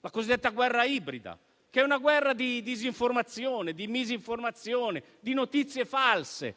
alla cosiddetta guerra ibrida, che è una guerra di disinformazione, di misinformazione, di notizie false.